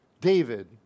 David